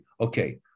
okay